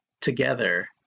together